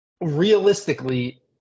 realistically